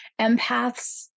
Empaths